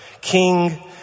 King